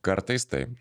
kartais taip